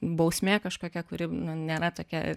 bausmė kažkokia kuri nėra tokia